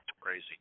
crazy